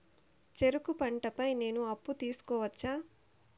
చెరుకు పంట పై నేను అప్పు తీసుకోవచ్చా?